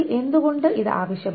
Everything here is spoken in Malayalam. എന്തുകൊണ്ട് ഇത് ആവശ്യമാണ്